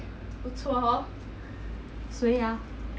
ya sia oh ya we all same O_G hor